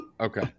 okay